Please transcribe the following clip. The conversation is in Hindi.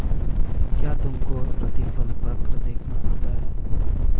क्या तुमको प्रतिफल वक्र देखना आता है?